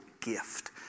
gift